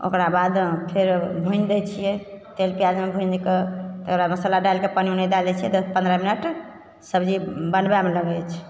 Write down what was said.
ओकरा बाद फेर भूँजि दै छियै तेल पियाजमे भूँजिके तकर बाद मसल्ला डालिके पानि उनी डालि दै छै दस पन्द्रह मिनट सब्जी बनबयमे लगय छै